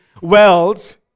wells